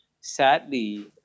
sadly